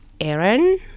Aaron